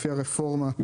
לפי הרפורמה,